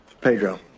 Pedro